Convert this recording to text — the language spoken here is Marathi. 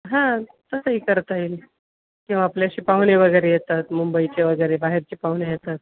हां तसंही करता येईल किंवा आपल्याशी पाहुणे वगैरे येतात मुंबईचे वगैरे बाहेरचे पाहुणे येतात